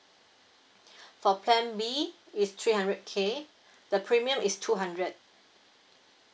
for plan B is three hundred K the premium is two hundred